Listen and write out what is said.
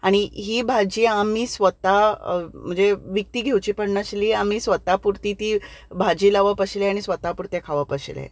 आनी ही भाजी आमी स्वता म्हणजे विकती घेवची पडनाशिल्ली आमी स्वता पुरती ती भाजी लावप आशिल्ली आनी स्वता पुरती खावप आशिल्लें